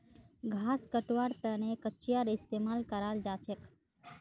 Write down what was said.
घास कटवार तने कचीयार इस्तेमाल कराल जाछेक